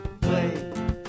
play